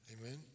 Amen